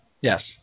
Yes